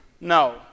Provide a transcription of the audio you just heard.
No